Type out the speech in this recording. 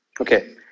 Okay